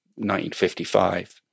1955